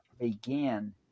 begin